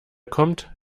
kommt